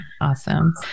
awesome